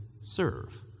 serve